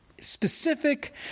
specific